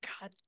god